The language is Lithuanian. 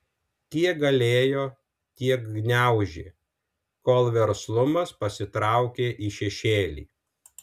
kiek galėjo tiek gniaužė kol verslumas pasitraukė į šešėlį